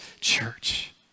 church